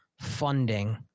funding